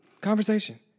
Conversation